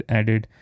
added